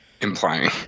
Implying